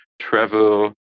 travel